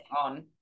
on